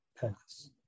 pass